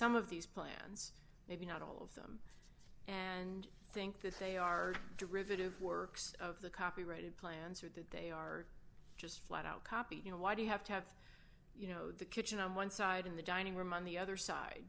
some of these plans maybe not all of them and think that they are derivative works of the copyrighted plans who that they are just flat out copy you know why do you have to have you know the kitchen on one side in the dining room on the other side